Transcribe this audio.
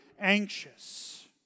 anxious